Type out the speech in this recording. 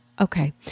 Okay